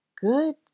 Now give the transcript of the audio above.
Good